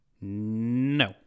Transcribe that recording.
No